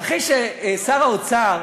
אחרי ששר האוצר